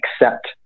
accept